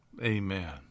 Amen